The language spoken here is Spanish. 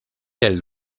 del